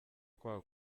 kwa